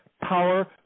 power